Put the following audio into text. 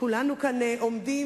כולנו כאן עומדים